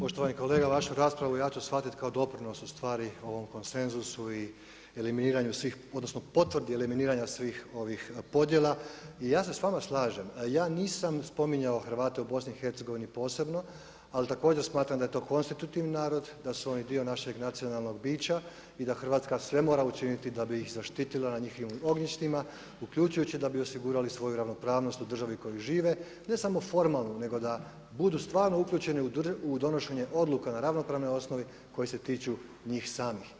Poštovani kolega, vašu raspravu ja ću shvatiti kao doprinos u stvari ovom konsenzusu i eliminiranju svih, odnosno potvrdi eliminiranja svih ovih podjela i ja se s vama slažem, ja nisam spominjao Hrvate u BIH posebno, ali također smatram da je to konstitutivni narod, da su oni dio našeg nacionalnog bića i da Hrvatska sve mora učinit da bi ih zaštitila na njihovim ognjištima, uključujući da bi osigurali svoju ravnopravnost u državi u kojoj žive, ne samo formalno, nego da, budu stvarno uključeni u donošenje odluka na ravnopravnoj osnovi koje se tiču njih samih.